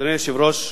אדוני היושב-ראש,